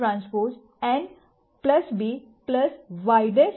આ X'T n b Y' T n